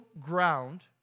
ground